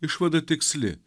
išvada tiksli